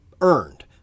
earned